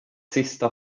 sista